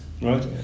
Right